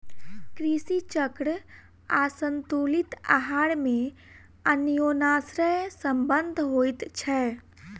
कृषि चक्र आसंतुलित आहार मे अन्योनाश्रय संबंध होइत छै